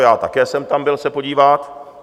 Já také jsem se tam byl podívat.